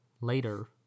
later